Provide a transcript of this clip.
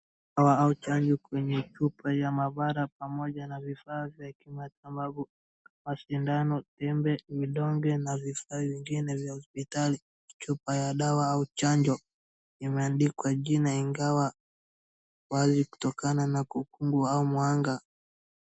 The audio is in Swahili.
Dawa au chanjo kwenye chupa ya mabara pamoja na vifaa vya kimatababu, mashindano, tembe, vidonge na vifaa vingine vya hospitali, chupa ya dawa au chanjo imeandikwa jina ingawa, bali kutokana na ukungu au mwanga.